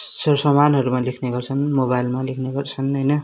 sir सामानहरूमा लेख्ने गर्छन् मोबाइलमा लेख्ने गर्छन् होइन